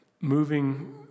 moving